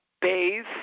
bathe